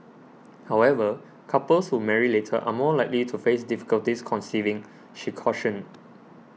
however couples who marry later are more likely to face difficulties conceiving she cautioned